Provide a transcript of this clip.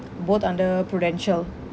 both under Prudential